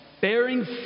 bearing